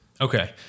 Okay